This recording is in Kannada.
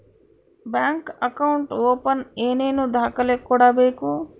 ಬ್ಯಾಂಕ್ ಅಕೌಂಟ್ ಓಪನ್ ಏನೇನು ದಾಖಲೆ ಕೊಡಬೇಕು?